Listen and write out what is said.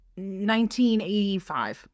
1985